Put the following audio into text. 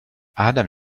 adam